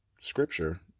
scripture